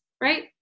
right